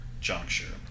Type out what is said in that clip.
juncture